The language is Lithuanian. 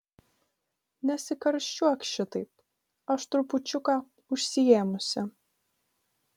nesikarščiuok šitaip aš trupučiuką užsiėmusi